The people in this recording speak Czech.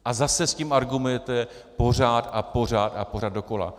A zase tím argumentujete pořád a pořád a pořád dokola.